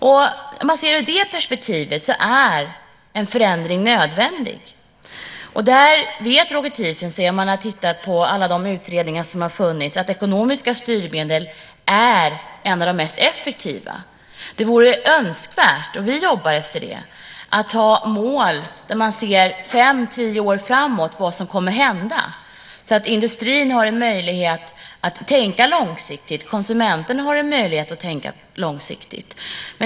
Om man ser det hela från det perspektivet är en förändring nödvändig. Roger Tiefensee vet, om han tittat på alla de utredningar som gjorts, att ekonomiska styrmedel är bland de mest effektiva. Det vore önskvärt, och vi jobbar efter det, att ha som mål att se vad som kommer att hända fem tio år framåt i tiden så att industrin och konsumenterna har möjlighet att tänka långsiktigt.